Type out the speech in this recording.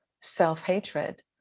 self-hatred